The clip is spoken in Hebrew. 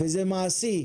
זה מעשי.